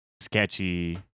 sketchy